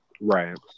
Right